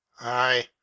Aye